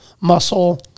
muscle